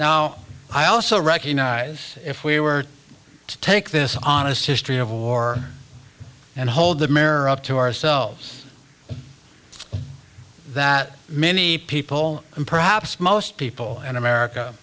now i also recognize if we were to take this honest history of war and hold the mirror up to ourselves that many people and perhaps most people in america